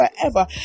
forever